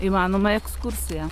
įmanoma ekskursija